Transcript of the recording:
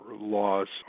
laws